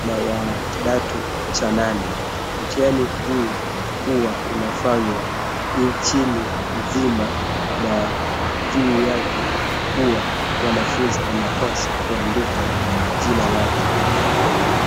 na wa kidato cha nane. Mtihani huu huwa unafanywa nchini mzima, na juu yake huwa mwanafunzi anapasa kuandika jina lake.